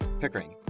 Pickering